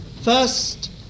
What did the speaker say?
first